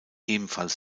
ebenfalls